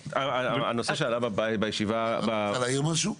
את רוצה להעיר משהו?